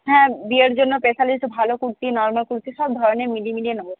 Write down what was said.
হ্যাঁ বিয়ের জন্য স্পেশালি একটু ভালো কুর্তি নর্মাল কুর্তি সবধরনের মিলিয়ে মিলিয়ে নেব